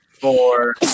four